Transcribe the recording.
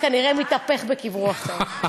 כנראה מתהפך בקברו עכשיו.